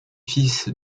fils